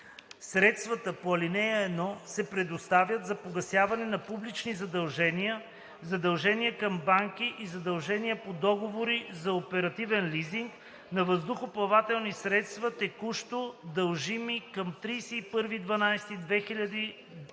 Средствата по ал. 1 се предоставят за погасяване на публични задължения, задължения към банки и задължения по договори за оперативен лизинг на въздухоплавателни средства текущо дължими към 31.12.2019